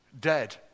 Dead